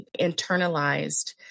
internalized